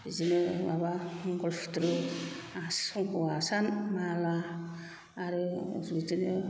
बिदिनो माबा मंगल सुथ्र संख आसान माला आरो बिदिनो